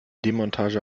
demontage